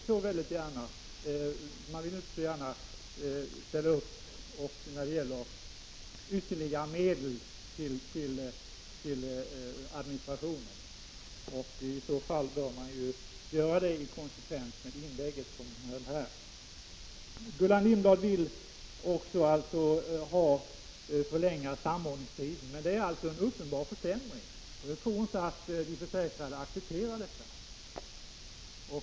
Moderaterna vill inte gärna vara med och anslå ytterligare medel till administrationen, men i konsekvens med det inlägg som Gullan Lindblad här höll bör hon, om det blir aktuellt, göra det. Gullan Lindblad vill alltså förlänga samordningstiden, men det innebär en uppenbar försämring. Jag tror inte att de försäkrade accepterar detta.